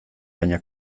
baina